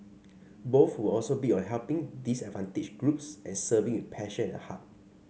both were also big on helping disadvantaged groups and serving with passion and heart